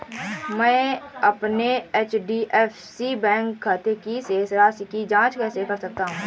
मैं अपने HDFC bank के खाते की शेष राशि की जाँच कैसे कर सकता हूँ?